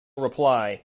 reply